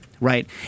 Right